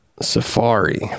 Safari